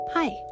Hi